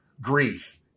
grief